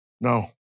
No